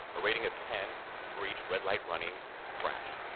a rating of ten for each red light running crash,